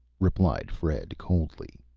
replied fred, coldly.